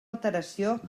alteració